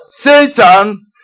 Satan